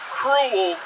cruel